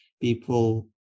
people